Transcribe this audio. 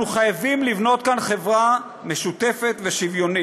אנחנו חייבים לבנות כאן חברה משותפת ושוויונית.